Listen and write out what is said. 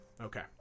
Okay